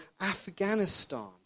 Afghanistan